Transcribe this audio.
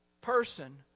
person